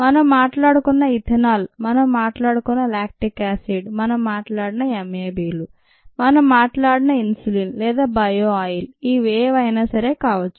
మనం మాట్లాడుకున్న ఇథనాల్ మనం మాట్లాడుకున్న లాక్టిక్ యాసిడ్ మనం మాట్లాడిన MAbలు మనం మాట్లాడిన ఇన్సులిన్ లేదా బయో ఆయిల్ ఏవైనా కావచ్చు